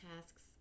tasks